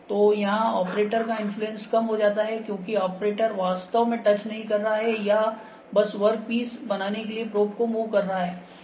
तो यहां ऑपरेटर का इन्फ्लुएंस कम हो जाता है क्योंकि ऑपरेटर वास्तव में टच नहीं कर रहा है या बस वर्क पीस बनाने के लिए प्रोब को मूव कर रहा है